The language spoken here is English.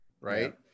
Right